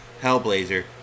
Hellblazer